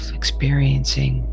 experiencing